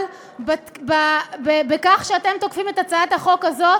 אבל בכך שאתם תוקפים את הצעת החוק הזאת